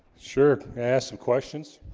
sure i asked some questions